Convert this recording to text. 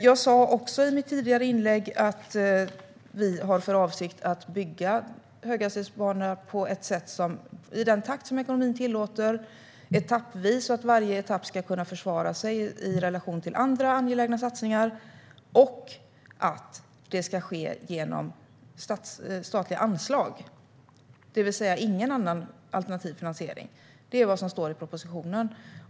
Jag sa också i mitt tidigare inlägg att vi har för avsikt att bygga höghastighetsbanorna i den takt som ekonomin tillåter, etappvis så att varje etapp ska kunna försvara sig i relation till andra angelägna satsningar, och att det ska ske genom statliga anslag, det vill säga ingen annan alternativ finansiering. Det är vad som står i propositionen.